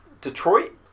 Detroit